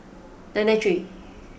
nine nine three